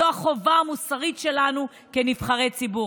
זו החובה המוסרית שלנו כנבחרי ציבור.